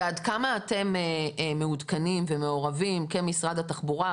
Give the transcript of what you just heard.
ועד כמה אתם מעודכנים ומעורבים כמשרד התחבורה,